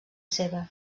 seva